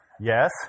Yes